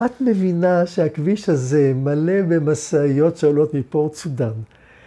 ‫את מבינה שהכביש הזה מלא ‫במסעיות שעולות מפור צודן.